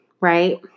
right